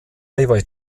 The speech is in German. highway